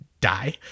die